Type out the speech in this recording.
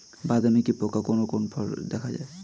বাদামি কি পোকা কোন কোন ফলে দেখা যায়?